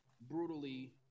brutally